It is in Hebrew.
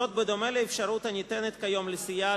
זה בדומה לאפשרות הניתנת כיום לסיעה